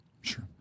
Sure